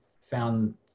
found